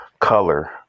color